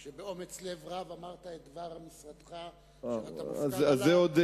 כשבאומץ לב רב אמרת את דבר משרדך שעליו אתה מופקד,